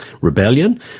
rebellion